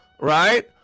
Right